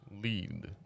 Lead